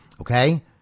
Okay